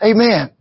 Amen